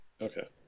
Okay